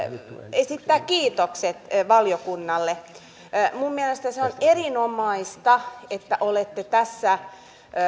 esittää kiitokset valiokunnalle minun mielestäni on erinomaista että olette tässä